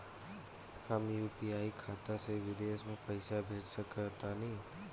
हम यू.पी.आई खाता से विदेश म पइसा भेज सक तानि?